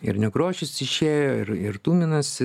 ir nekrošius išėjo ir ir tuminas